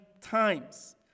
times